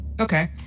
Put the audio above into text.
okay